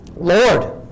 Lord